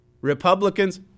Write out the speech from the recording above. Republicans